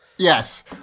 Yes